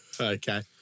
Okay